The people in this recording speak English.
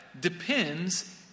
depends